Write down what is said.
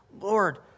Lord